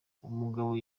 umugabo